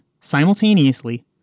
simultaneously